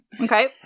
Okay